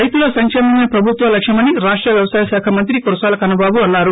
రైతుల సంక్షేమమే ప్రభుత్వ లక్ష్యమని రాష్ట వ్యవసాయ శాఖ మంత్రి కురసాల కన్నబాబు అన్నారు